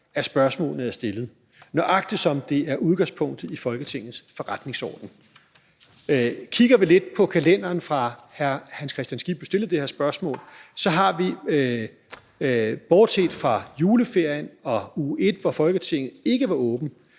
at spørgsmålet er stillet, nøjagtig som det er udgangspunktet i Folketingets forretningsorden. Kigger vi lidt på kalenderen, fra hr. Hans Kristian Skibby stillede det her spørgsmål, så har vi – bortset fra juleferien og uge 1, hvor Folketinget ikke var åbent